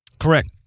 Correct